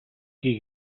qui